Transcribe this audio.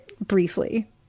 briefly